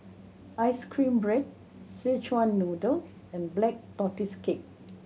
ice cream bread Szechuan Noodle and Black Tortoise Cake